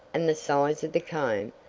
and the size of the comb,